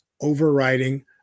overriding